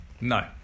No